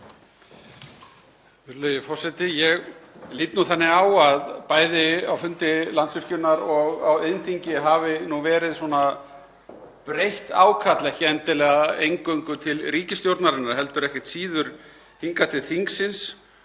Virðulegi forseti. Ég lít nú þannig á að bæði á fundi Landsvirkjunar og á iðnþingi hafi nú verið breytt ákall, ekki endilega eingöngu til ríkisstjórnarinnar heldur ekki síður hingað til þingsins